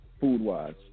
Food-wise